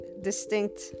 distinct